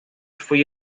foi